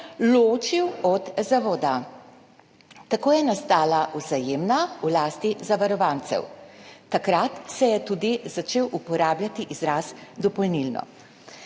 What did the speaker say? ločil od zavoda, tako je nastala Vzajemna v lasti zavarovancev. Takrat se je tudi začel uporabljati izraz dopolnilno.